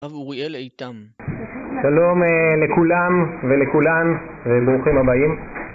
הרב אוריאל עיטם שלום לכולם ולכולן וברוכים הבאים